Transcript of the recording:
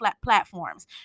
platforms